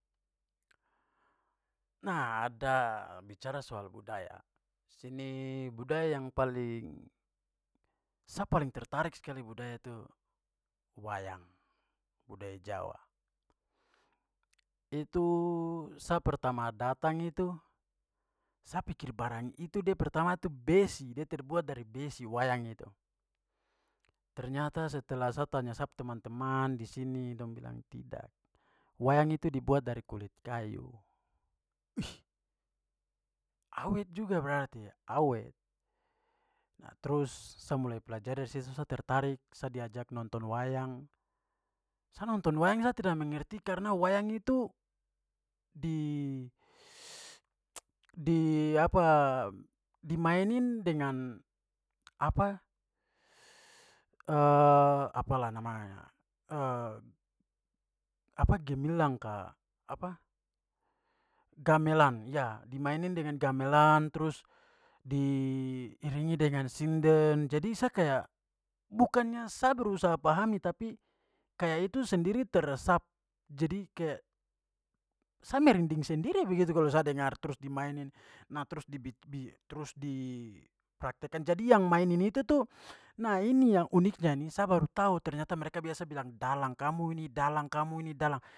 Nah, ada bicara soal budaya. Di sini, budaya yang paling, sa paling tertarik sekali budaya tu wayang, budaya jawa. Itu sa pertama datang itu sa pikir barang itu de pertama itu besi, dia terbuat dari besi, wayang itu. Ternyata setelah sa tanya sa pu teman-teman di sini dong bilang, "tidak. Wayang itu dibuat dari kulit kayu." "Wih, awet juga berarti ya." "Awet." Terus sa mulai pelajari dari situ sa tertarik. Saya diajak nonton wayang. Sa nonton wayang sa tidak mengerti karena wayang itu di di dimaenin dengan apalah namanya gemilang ka gamelan, ya dimainin dengan gamelan trus diiringi dengan sinden, jadi sa kayak, bukannya sa berusaha pahami, tapi kayak itu sendiri teresap. Jadi kayak, sa merinding sendiri begitu kalau sa dengar trus dimainin, nah trus dipraktekan. Jadi yang mainin itu tu, nah ini yang uniknya ni, sa baru tahu ternyata mereka biasa bilang "dalang, kamu ini dalang kamu ini dalang".